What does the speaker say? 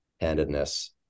handedness